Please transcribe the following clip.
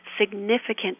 significant